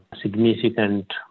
significant